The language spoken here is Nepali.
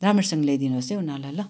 राम्रोसँग ल्याइदिनुहोस् है उनीहरूलाई ल